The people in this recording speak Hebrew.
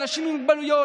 אנשים עם מוגבלויות,